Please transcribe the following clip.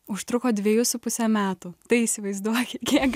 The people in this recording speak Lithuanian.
užtruko dvejus su puse metų tai įsivaizduokit kiek